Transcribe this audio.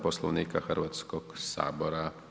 Poslovnika Hrvatskog sabora.